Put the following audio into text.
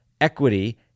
equity